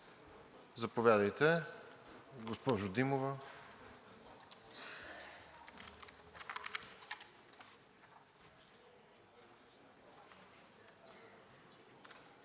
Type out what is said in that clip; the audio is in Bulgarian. Заповядайте, госпожо Димова.